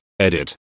Edit